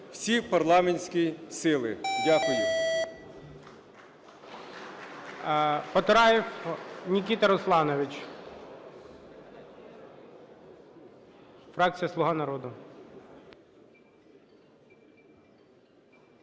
всі парламентські сили. Дякую.